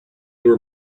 were